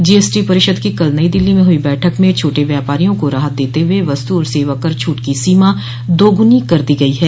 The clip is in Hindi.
जीएसटी परिषद की कल नई दिल्ली में हुइ बैठक में छोटे व्यापारियों को राहत देते हुए वस्तु और सेवाकर छूट की सीमा दोगुनी कर दी गई है